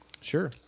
sure